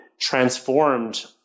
transformed